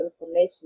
information